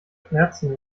schmerzen